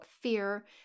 fear